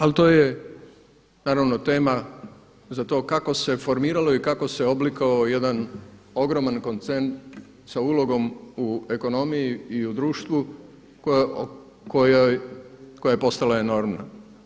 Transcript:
Ali to je naravno tema za to kako se formiralo i kako se oblikovao jedan ogroman koncern sa ulogom u ekonomiji i u društvu koja je postala enormna.